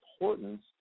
importance